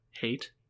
hate